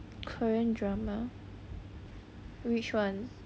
korean drama which one